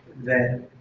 that